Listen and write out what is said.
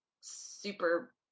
super